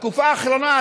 בתקופה האחרונה,